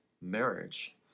marriage